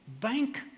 bank